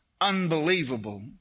unbelievable